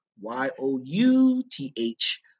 Y-O-U-T-H